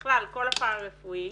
כל הפארא-רפואי